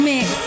Mix